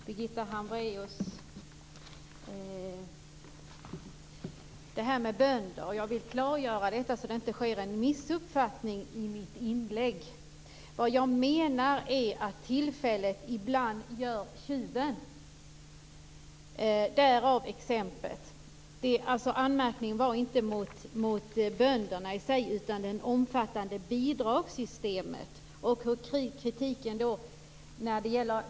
Fru talman! Jag vill klargöra det som jag sade om bönderna, så att det inte sker en missuppfattning av mitt inlägg. Vad jag menar är att tillfället ibland gör tjuven - därav exemplet. Anmärkningen var inte riktad mot bönderna i sig utan mot det omfattande bidragssystemet.